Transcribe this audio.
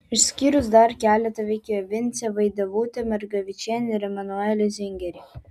išskyrus dar keletą veikėjų vincę vaidevutę margevičienę ir emanuelį zingerį